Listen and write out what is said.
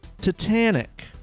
titanic